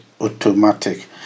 automatic